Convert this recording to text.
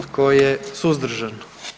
Tko je suzdržan?